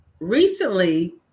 recently